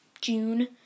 June